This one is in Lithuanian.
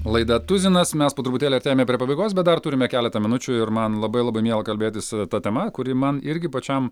laida tuzinas mes po truputėlį artėjame prie pabaigos bet dar turime keletą minučių ir man labai labai miela kalbėtis ta tema kuri man irgi pačiam